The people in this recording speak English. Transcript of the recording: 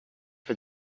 for